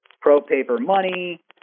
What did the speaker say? pro-paper-money